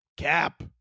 Cap